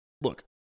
look